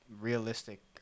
realistic